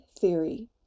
theory